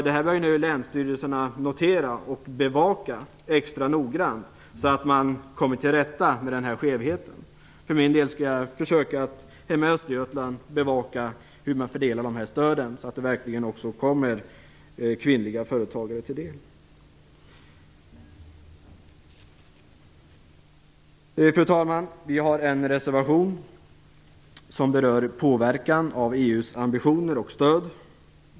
Detta bör nu länsstyrelserna notera och bevaka extra noggrant, så att man kommer till rätta med denna skevhet. För min del skall jag försöka att bevaka hur man fördelar dessa stöd hemma i Östergötland, så att de verkligen kommer kvinnliga företagare till del. Fru talman! Vi har en reservation som berör påverkan av EU:s ambitioner och stöd.